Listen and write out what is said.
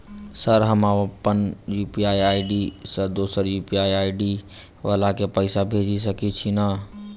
Sir हम अप्पन UPI ID सँ दोसर यु.पी.आई आई.डी वला केँ पैसा भेजि सकै छी नै?